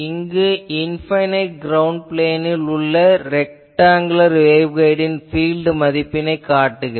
இங்கு infinite ground பிளேனில் உள்ள ரெக்டாங்குலர் வேவ்கைடின் பீல்ட் அமைப்பினைக் காட்டுகிறேன்